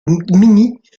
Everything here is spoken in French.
gminy